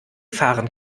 fahren